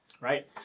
Right